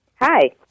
Hi